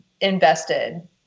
invested